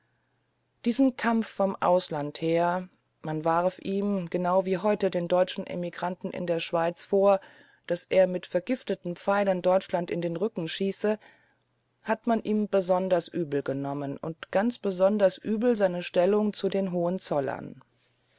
diesen kampf vom ausland her man warf ihm genau wie während des weltkrieges den deutschen emigranten in der schweiz vor daß er mit vergifteten pfeilen deutschland in den rücken schieße hat man ihm besonders übel genommen und ganz besonders übel seine stellung zu den hohenzollern